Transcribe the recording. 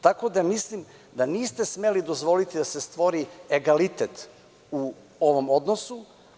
Tako da, mislim da niste smeli dozvoliti da se stvori egalitet u ovom odnosu.